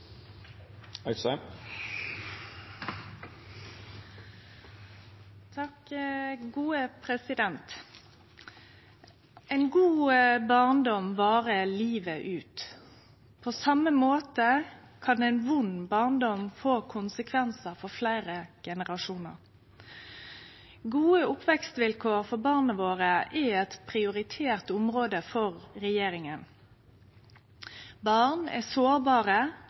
Ein god barndom varer livet ut. På same måte kan ein vond barndom få konsekvensar for fleire generasjonar. Gode oppvekstvilkår for barna våre er eit prioritert område for regjeringa. Barn er sårbare